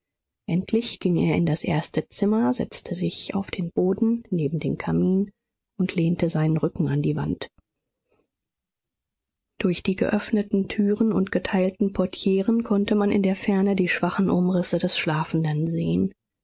endlich ging er in das erste zimmer setzte sich auf den boden neben den kamin und lehnte seinen rücken an die wand durch die geöffneten türen und geteilten portieren konnte man in der ferne die schwachen umrisse des schlafenden sehen